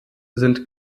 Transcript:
sind